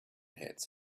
hats